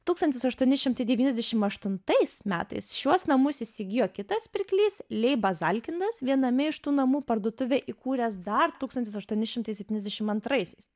tūkstantis aštuoni šimtai devyniasdešimt aštuntais metais šiuos namus įsigijo kitas pirklys leiba zalkinas viename iš tų namų parduotuvę įkūręs dar tūkstantis aštuoni šimtai septyniasdešimt antraisiais